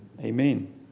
Amen